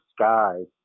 skies